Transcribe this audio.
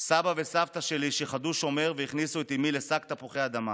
סבא וסבתא שלי שיחדו שומר והכניסו את אימי לשק תפוחי אדמה